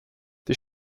die